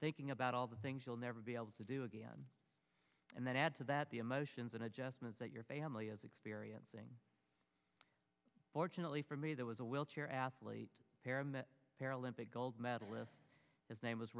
thinking about all the things you'll never be able to do again and then add to that the emotions and adjustments that your family is experiencing fortunately for me there was a wheelchair athlete paramedic paralympic gold medalist his name was